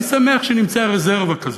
אני שמח שנמצאה רזרבה כזאת.